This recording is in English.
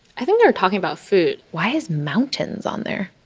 i think they're talking about food why is mountains on there?